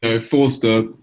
Forster